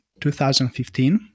2015